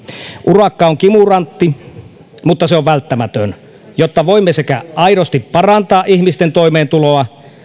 urakka on kimurantti mutta se on välttämätön jotta voimme sekä aidosti parantaa ihmisten toimeentuloa